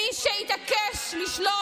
השנה הכי קשה שידענו.